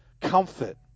comfort